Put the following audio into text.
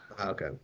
okay